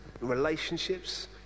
relationships